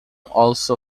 also